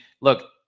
look